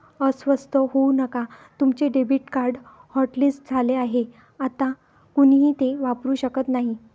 अस्वस्थ होऊ नका तुमचे डेबिट कार्ड हॉटलिस्ट झाले आहे आता कोणीही ते वापरू शकत नाही